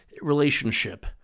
relationship